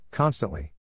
Constantly